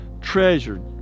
treasured